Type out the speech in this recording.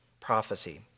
prophecy